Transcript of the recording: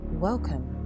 Welcome